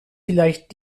vielleicht